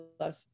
love